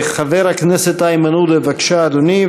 חבר הכנסת איימן עודה, בבקשה, אדוני.